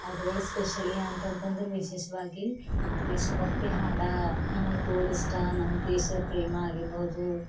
ಅದರೊಳು specially ಅಂತಂತಂದ್ರೆ ವಿಶೇಷವಾಗಿ ದೇಶಭಕ್ತಿ ಹಾಡು ನನಗೆ ತೋಲಿಷ್ಟ ನಮ್ಮ ದೇಶಪ್ರೇಮ ಆಗಿರಬಹುದು